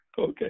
Okay